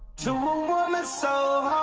to a woman so